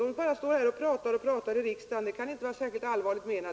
De bara står här i riksdagen och pratar och pratar. Kritiken kan inte då vara särskilt allvarligt menad.